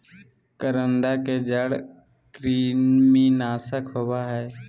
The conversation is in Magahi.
करौंदा के जड़ कृमिनाशक होबा हइ